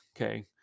Okay